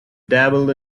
dabbled